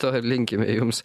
to ir linkime jums